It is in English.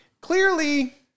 Clearly